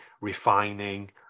refining